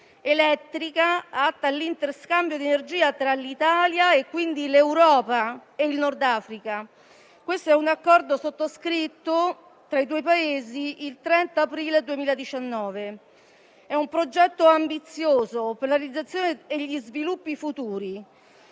elettrica atta all'interscambio di energia tra l'Italia (e, quindi, l'Europa) e il Nord Africa. L'Accordo è stato sottoscritto dai due Paesi il 30 aprile 2019. È un progetto ambizioso per la realizzazione e gli sviluppi futuri.